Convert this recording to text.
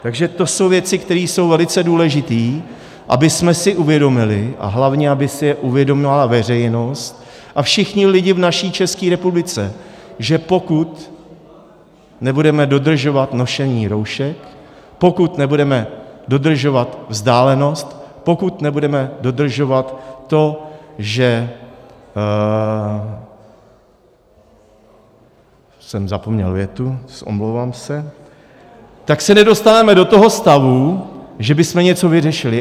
Takže to jsou věci, které jsou velice důležité, abychom si uvědomili a hlavně aby si je uvědomila veřejnost a všichni lidé v naší České republice, že pokud nebudeme dodržovat nošení roušek, pokud nebudeme dodržovat vzdálenost, pokud nebudeme dodržovat to, že... já jsem zapomněl větu, omlouvám se tak se nedostaneme do toho stavu, že bychom něco vyřešili.